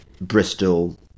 Bristol